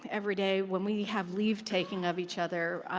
every day when we have leave taking of each other,